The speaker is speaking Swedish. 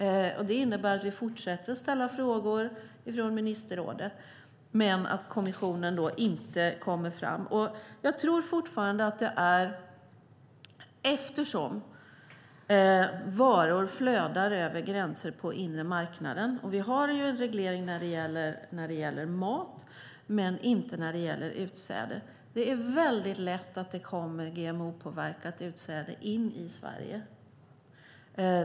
Det innebär att ministerrådet fortsätter att ställa frågor men att kommissionen inte kommer fram. Eftersom varor flödar över gränserna på inre marknaden, det finns en reglering för mat men inte för utsäde, är det lätt att det kommer GMO-påverkat utsäde in i Sverige.